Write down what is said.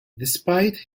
despite